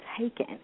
taken